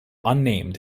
unnamed